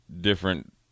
different